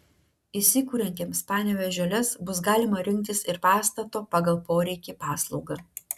įsikuriantiems panevėžio lez bus galima rinktis ir pastato pagal poreikį paslaugą